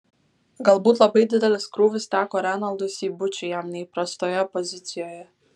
galbūt labai didelis krūvis teko renaldui seibučiui jam neįprastoje pozicijoje